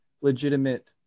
legitimate